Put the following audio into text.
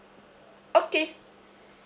okay